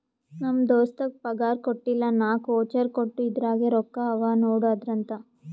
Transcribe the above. ನಮ್ ದೋಸ್ತಗ್ ಪಗಾರ್ ಕೊಟ್ಟಿಲ್ಲ ನಾಕ್ ವೋಚರ್ ಕೊಟ್ಟು ಇದುರಾಗೆ ರೊಕ್ಕಾ ಅವಾ ನೋಡು ಅಂದ್ರಂತ